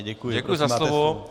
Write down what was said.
Děkuji za slovo.